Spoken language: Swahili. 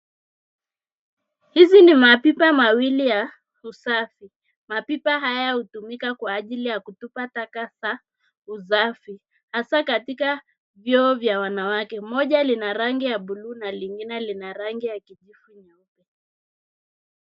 Hizi ni mapipa mawili ya usafi. Mapipa haya hutumika kwa ajili ya kutupa taka ya usafi hasa katika vyoo vya wanawake. Moja liko na rangi ya buluu na lingine lina rangi ya kijivu nyeupe.